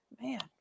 man